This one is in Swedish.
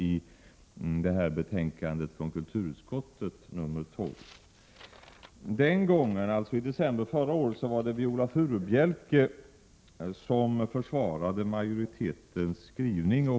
I dag behandlas motionen i kulturutskottets betänkande 12. Förra gången som vi behandlade motionen var det Viola Furubjelke som försvarade majoritetens skrivning.